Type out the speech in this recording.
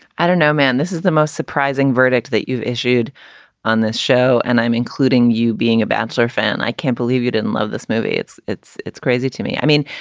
i don't know, man. this is the most surprising verdict that you've issued on this show. and i'm including you being a bouncer fan. i can't believe you didn't love this movie. it's it's it's crazy to me. i mean,